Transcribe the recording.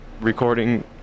recording